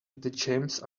janes